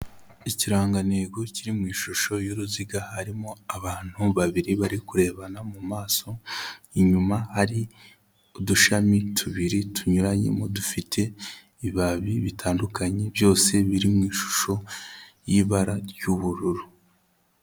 Ikirangantego kiri mu ishusho y'uruziga harimo abantu babiri bari kurebana mu maso, inyuma hari udushami tubiri tunyuranyemo dufite ibibabi bitandukanye, byose biri mu ishusho y'ibara ry'ubururu.